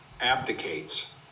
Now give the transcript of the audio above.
abdicates